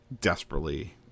desperately